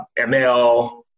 ML